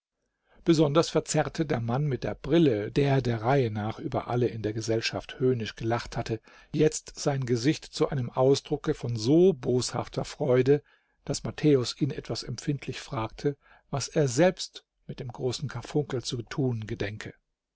besonders verzerrte der mann mit der brille der der reihe nach über alle in der gesellschaft höhnisch gelacht hatte jetzt sein gesicht zu einem ausdrucke von so boshafter freude daß matthäus ihn etwas empfindlich fragte was er selbst mit dem großen karfunkel zu tun gedenke